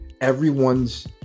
everyone's